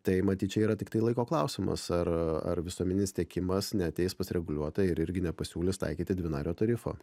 tai matyt čia yra tiktai laiko klausimas ar ar visuomeninis tiekimas neateis pas reguliuotoją ir irgi nepasiūlys taikyti dvinario tarifo